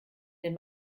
den